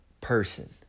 person